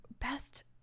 best